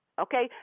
Okay